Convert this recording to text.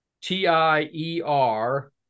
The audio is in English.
T-I-E-R